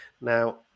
now